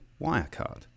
Wirecard